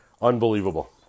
Unbelievable